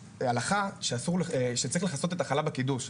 הלכה שצריך לכסות את החלה בקידוש - למה?